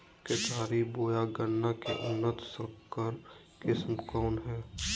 केतारी बोया गन्ना के उन्नत संकर किस्म कौन है?